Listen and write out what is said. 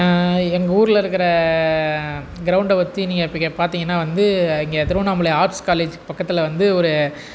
எங்கள் ஊரில் இருக்கிற கிரவுண்டை பற்றி இப்போ பார்த்திங்கன்னா வந்து இங்கே திருவண்ணாமலை ஆர்ட்ஸ் காலேஜுக்கு பக்கத்தில் வந்து ஒரு